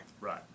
Right